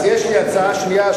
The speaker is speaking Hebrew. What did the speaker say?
אז יש לי הצעה שנייה,